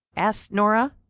asked nora.